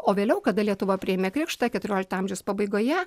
o vėliau kada lietuva priėmė krikštą keturiolikto amžiaus pabaigoje